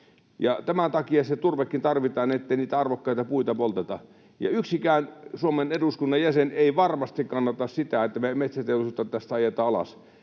Tämän takia se turvekin tarvitaan, ettei niitä arvokkaita puita polteta. Yksikään Suomen eduskunnan jäsen ei varmasti kannata sitä, että meidän metsäteollisuutta tästä ajetaan alas.